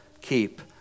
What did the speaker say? keep